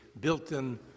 built-in